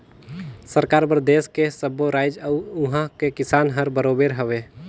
सरकार बर देस के सब्बो रायाज अउ उहां के किसान हर बरोबर हवे